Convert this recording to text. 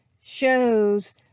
shows